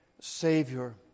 Savior